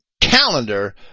calendar